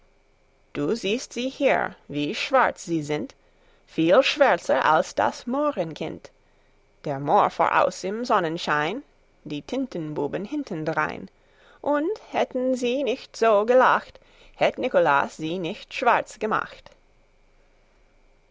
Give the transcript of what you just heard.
du siehst sie hier wie schwarz sie sind viel schwärzer als das mohrenkind der mohr voraus im sonnenschein die tintenbuben hinterdrein und hätten sie nicht so gelacht hätt niklas sie nicht schwarz gemacht